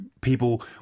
people